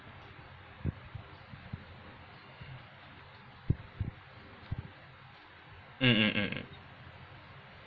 mmhmm mmhmm